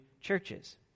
churches